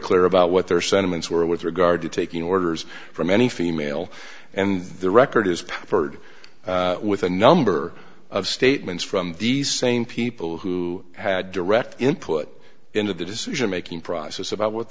clear about what their sentiments were with regard to taking orders from any female and their record is preferred with a number of statements from these same people who had direct input into the decision making process about what